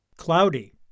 cloudy